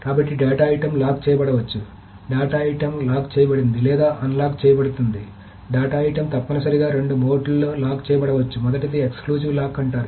కాబట్టి data item lock చేయబడవచ్చు data item lock చేయబడింది లేదా అన్లాక్ చేయబడుతుంది డేటా ఐటెమ్ తప్పనిసరిగా రెండు మోడ్లలో లాక్ చేయబడ వచ్చు మొదటిది ఎక్స్క్లూజివ్ లాక్ అంటారు